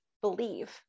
believe